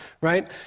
Right